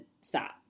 stop